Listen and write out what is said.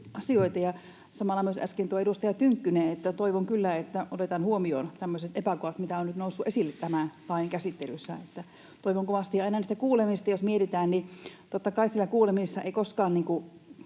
samalla myös äsken edustaja Tynkkynen, ja toivon kyllä, että otetaan huomioon tämmöiset epäkohdat, mitä on nyt noussut esille tämän lain käsittelyssä, toivon kovasti. Ja sitä kuulemista jos mietitään, niin tietenkään siellä kuulemisessa eivät koskaan